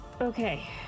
Okay